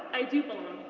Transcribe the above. i do belong,